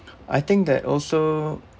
I think that also